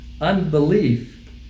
unbelief